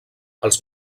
els